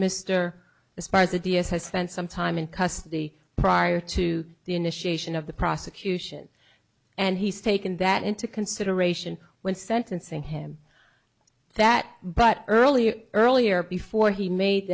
despite the d s has spent some time in custody prior to the initiation of the prosecution and he's taken that into consideration when sentencing him that but early earlier before he made